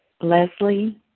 Leslie